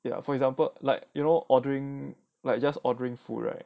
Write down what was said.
ya for example like you know ordering like just ordering food right